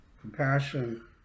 compassion